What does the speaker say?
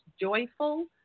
joyful